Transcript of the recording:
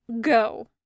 Go